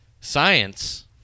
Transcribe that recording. science